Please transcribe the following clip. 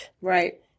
right